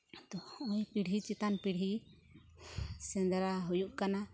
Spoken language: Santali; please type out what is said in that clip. ᱟᱫᱚ ᱦᱚᱸᱜᱼᱚᱭ ᱯᱤᱲᱦᱤ ᱪᱮᱛᱟᱱ ᱯᱤᱲᱦᱤ ᱥᱮᱸᱫᱽᱨᱟ ᱦᱩᱭᱩᱜ ᱠᱟᱱᱟ